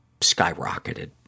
skyrocketed